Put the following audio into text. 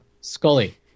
Scully